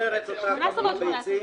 במסגרת אותה כמות ביצים,